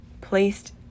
placed